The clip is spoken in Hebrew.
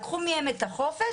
לקחו מהם את החופש